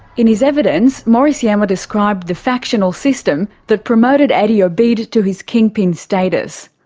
in his evidence morris iemma described the factional system that promoted eddie obeid to his kingpin status.